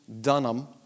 Dunham